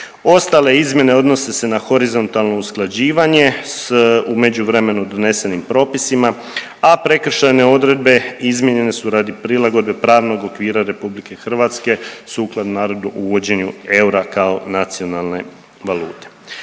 Ostale izmjene odnose se na horizontalno usklađivanje s u međuvremenu donesenim propisima, a prekršajne odredbe izmijenjene su radi prilagodbe pravnog okvira Republike Hrvatske sukladno naravno uvođenju eura kao nacionalne valute.